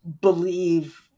believe